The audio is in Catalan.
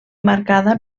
marcada